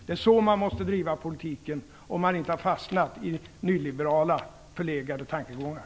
Det är så man måste driva politiken, om man inte har fastnat i förlegade nyliberala tankegångar.